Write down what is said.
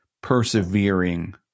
persevering